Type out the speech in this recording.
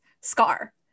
scar